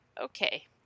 okay